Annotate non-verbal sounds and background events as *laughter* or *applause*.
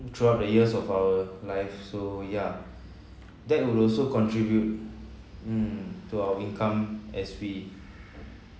throughout the years of our life so ya *breath* that would also contribute mm to our income as we